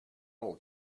all